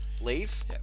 leave